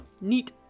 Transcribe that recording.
Neat